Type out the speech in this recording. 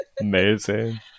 Amazing